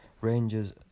Rangers